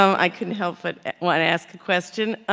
i couldn't help but want to ask a question.